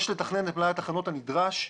יש לתכנן את מלאי התחנות הנדרש.